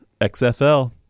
XFL